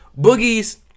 Boogie's